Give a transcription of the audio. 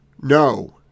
No